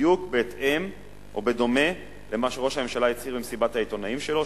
בדיוק בהתאם או בדומה למה שראש הממשלה הצהיר במסיבת העיתונאים שלו.